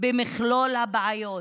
במכלול הבעיות,